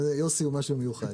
יוסי הוא משהו מיוחד.